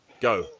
Go